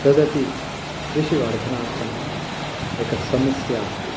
तदपि कृषिवर्धनात्र एका समस्या अस्ति